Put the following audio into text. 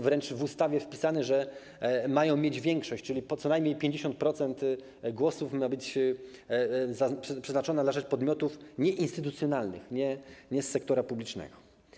Wręcz w ustawie jest wpisane, że mają mieć większość, czyli co najmniej 50% głosów ma być przeznaczona na rzecz podmiotów nieinstytucjonalnych, nie z sektora publicznego.